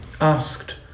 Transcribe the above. asked